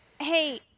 Hey